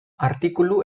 artikulu